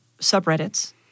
subreddits